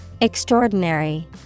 Extraordinary